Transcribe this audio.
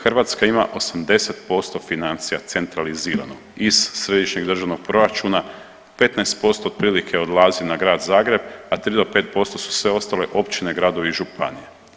Hrvatska ima 80% financija centralizirano iz središnjeg državnog proračuna 15% otprilike odlazi na grad Zagreb, a 3-5% su sve ostale općine, gradovi i županije.